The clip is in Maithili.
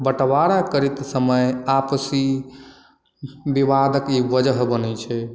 बँटवारा करैत समय आपसी विवादक ई वजह बनै छै